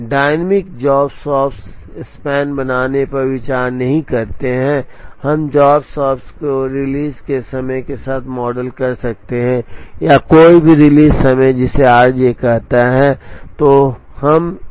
dynamic job shops span बनाने पर विचार नहीं करते हैं हम जॉब शॉप्स को रिलीज़ के समय के साथ मॉडल कर सकते हैं या कोई भी रिलीज़ समय जिसे आर जे कहा जाता है